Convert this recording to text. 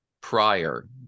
prior